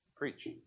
Preach